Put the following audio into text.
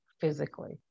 physically